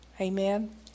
Amen